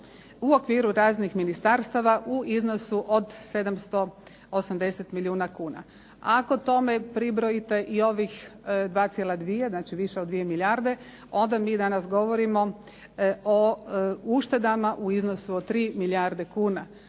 u okviru raznih ministarstava u iznosu od 780 milijuna kuna. Ako tome pribrojite i ovih 2,2, znači više od 2 milijarde, onda mi danas govorimo o uštedama u iznosu od 3 milijarde kuna.